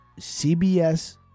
cbs